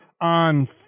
on